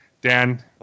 Dan